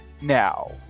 Now